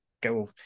go